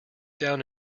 down